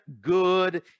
good